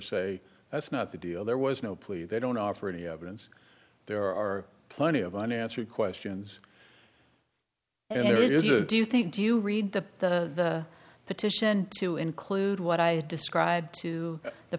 say that's not the deal there was no plea they don't offer any evidence there are plenty of unanswered questions and there is a do you think do you read the the petition to include what i have described to the